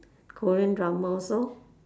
korean drama also